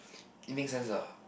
it make sense ah